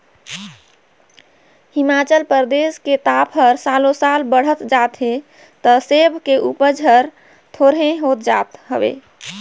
हिमाचल परदेस के ताप हर सालो साल बड़हत जात हे त सेब के उपज हर थोंरेह होत जात हवे